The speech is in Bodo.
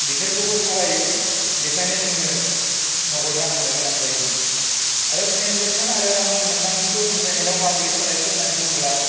बिसोरखौबो थगायो बेखायनो जोङो नगद रां होनो गोनां जायो आरो ट्रेनजेकसन आरो रांनि मोनदांथिखौ इन्टारनेटआव माब्रै सोलायखो होन्नानै बुङोब्ला